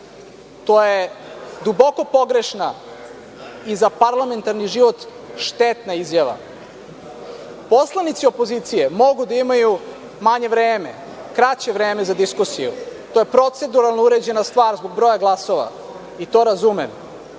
Tu je duboko pogrešna i za parlamentarni život štetna izjava. Poslanici opozicije mogu da imaju manje vreme, kraće vreme za diskusiju. To je proceduralno uređena stvar zbog broja glasova, i to razumem,